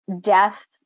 death